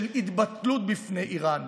של התבטלות בפני איראן,